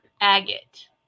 agate